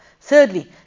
Thirdly